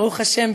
ברוך השם,